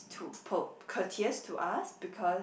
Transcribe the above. to courteous to us because